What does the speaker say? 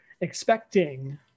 expecting